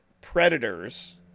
Predators